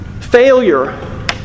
failure